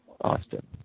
Austin